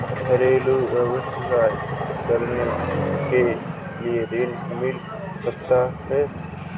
घरेलू व्यवसाय करने के लिए ऋण मिल सकता है?